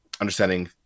understanding